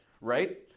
right